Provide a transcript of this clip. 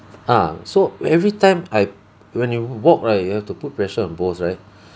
ah so every time I when you walk right you have to put pressure on both right